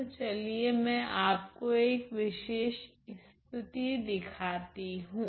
तो चलिए मैं आपको एक विशेष स्थिति दिखाती हूँ